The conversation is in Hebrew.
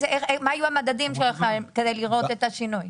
מה היו המדדים שלכם כדי לראות את השינוי?